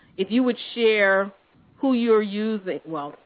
if you would share who you are using well,